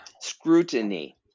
scrutiny